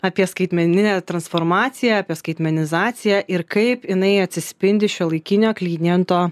apie skaitmeninę transformaciją apie skaitmenizaciją ir kaip jinai atsispindi šiuolaikinio kliento